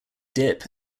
dip